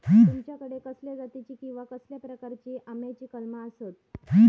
तुमच्याकडे कसल्या जातीची किवा कसल्या प्रकाराची आम्याची कलमा आसत?